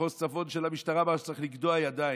מחוז צפון של המשטרה, אמר שצריך לגדוע ידיים.